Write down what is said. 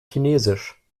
chinesisch